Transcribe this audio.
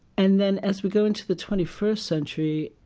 and then as we go into the twenty first century,